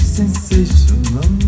sensational